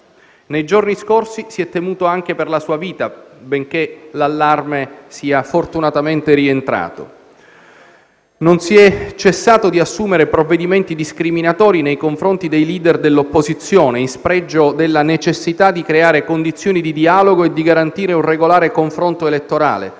Nei giorni scorsi si è temuto anche per la sua vita, ma l'allarme è fortunatamente rientrato. Non si è cessato di assumere provvedimenti discriminatori nei confronti dei *leader* dell'opposizione, in spregio alla necessità di creare condizioni di dialogo e di garantire un regolare confronto elettorale,